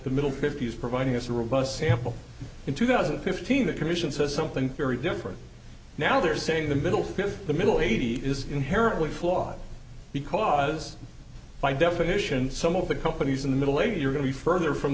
the middle fifty's providing us a robust sample in two thousand and fifteen the commission says something very different now they're saying the middle because the middle eighty is inherently flawed because by definition some of the companies in the middle age are going to be further from